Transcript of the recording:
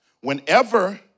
whenever